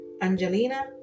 angelina